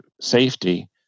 safety